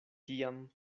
tiam